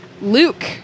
Luke